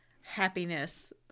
happiness